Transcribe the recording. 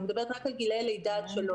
אני מדברת רק על גילאי לידה עד שלוש.